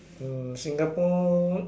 hmm Singapore